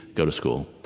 go to school.